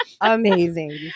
amazing